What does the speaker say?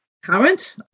current